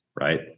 right